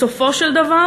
בסופו של דבר